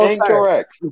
Incorrect